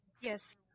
Yes